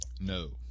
No